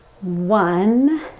one